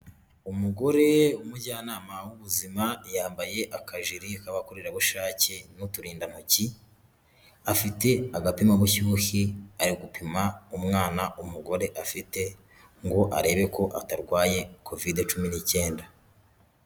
Umugore umujyanama w'ubuzima yambaye akajiri k'abakorerabushake n'uturindantoki afite agapima bushyuhe ari gupima umwana umugore afite ngo arebe ko atarwaye covid cumi n'icyenda.